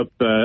up